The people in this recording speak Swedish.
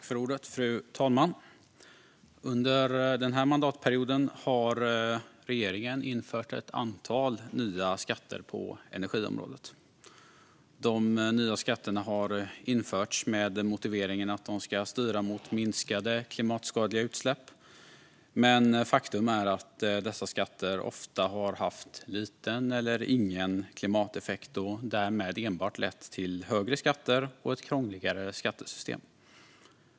Fru talman! Under den här mandatperioden har regeringen infört ett antal nya skatter på energiområdet. De nya skatterna har införts med motiveringen att de ska styra mot minskade klimatskadliga utsläpp, men faktum är att dessa skatter ofta har haft liten eller ingen klimateffekt och därmed enbart lett till högre skatter och ett krångligare skattesystem.